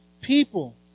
people